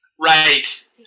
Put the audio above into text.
right